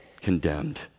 condemned